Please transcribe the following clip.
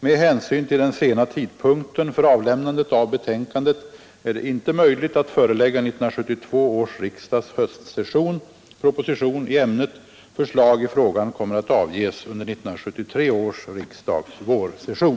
Med hänsyn till den sena tidpunkten för avlämnandet av betänkandet är det inte möjligt att förelägga 1972 års riksdags höstsession proposition i ämnet. Förslag i frågan kommer att avges under 1973 års riksdags vårsession.